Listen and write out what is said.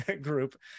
group